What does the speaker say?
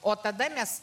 o tada mes